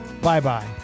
Bye-bye